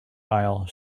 aisle